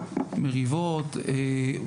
מריבות,